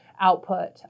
output